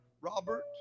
Robert